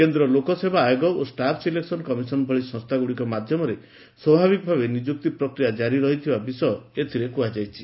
କେନ୍ଦ୍ର ଲୋକସେବା ଆୟୋଗ ଓ ଷ୍ଟାଫ୍ ସିଲେକ୍ସନ କମିଶନ ଭଳି ସଂସ୍ଥାଗୁଡ଼ିକ ମାଧ୍ୟମରେ ସ୍ୱାଭାବିକ ଭାବେ ନିଯୁକ୍ତି ପ୍ରକ୍ରିୟା ଜାରି ରହିବା ବିଷୟ ଏଥିରେ କୁହାଯାଇଛି